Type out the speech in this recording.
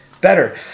better